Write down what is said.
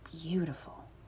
beautiful